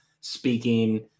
speaking